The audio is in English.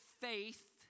faith